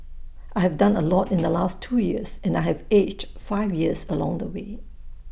I have done A lot in the last two years and I have aged five years along the way